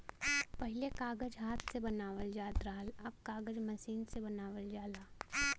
पहिले कागज हाथ से बनावल जात रहल, अब कागज मसीन से बनावल जाला